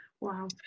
Wow